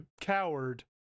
coward